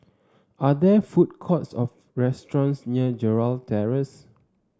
are there food courts or restaurants near Gerald Terrace